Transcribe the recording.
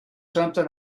something